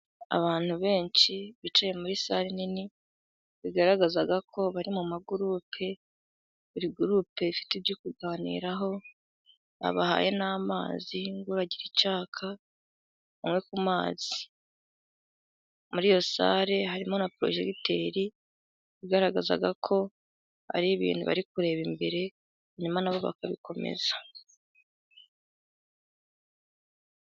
Abantu benshi bicaye muri sare nini, bigaragaza ko bari mu magurupe, buri gurupe ifite ibyo kuganiraho, babahaye n'amazi, ngo uragira icyaka, anywe ku mazi. Muri iyo sare harimo na porojegiteri, igaragaza ko hari ibintu bari kureba imbere, nyuma na bo bakabikomeza.